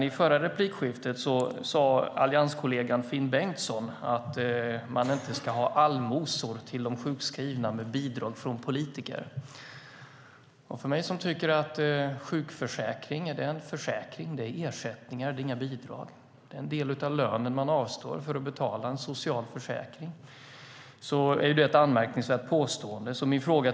I förra replikskiftet sade Ulf Nilssons allianskollega Finn Bengtsson att man inte ska ha allmosor till de sjukskrivna med bidrag från politiker. Jag som tycker att sjukförsäkringen är en försäkring - det handlar om ersättningar, inte om bidrag; man avstår en del av lönen för att betala en social försäkring - finner det gjorda påståendet anmärkningsvärt.